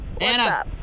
Anna